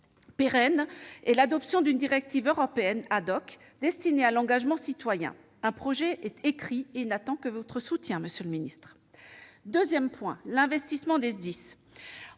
pérenne est l'adoption d'une directive européenne, destinée à l'engagement citoyen. Un projet est déjà rédigé ; il n'attend que votre soutien, monsieur le ministre. Mon deuxième point concerne l'investissement des SDIS.